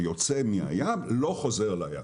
שיוצא מהים - לא חוזר לים,